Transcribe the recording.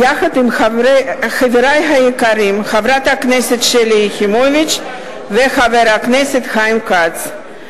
יחד עם חברי היקרים חברת הכנסת שלי יחימוביץ וחבר הכנסת חיים כץ.